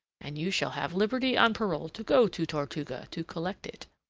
and you shall have liberty on parole to go to tortuga to collect it.